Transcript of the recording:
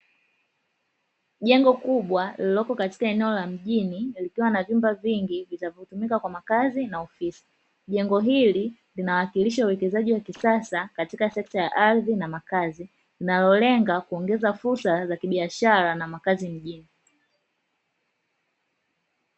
Jengo kubwa lililoko katika eneo la mjini, likiwa na vyumba vingi vitavyotumika kwa makazi na ofisi, jengo hili linawakilisha wawekezaji wa kisasa katika sekta ya ardhi na makazi, linalolenga kuongeza fursa za kibiashara na makazi mjini.